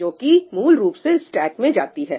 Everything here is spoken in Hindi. जो कि मूल रूप से स्टेक में जाती है